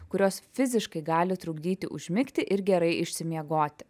kurios fiziškai gali trukdyti užmigti ir gerai išsimiegoti